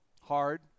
hard